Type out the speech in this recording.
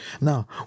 Now